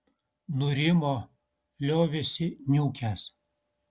nurimo liovėsi niūkęs